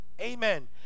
Amen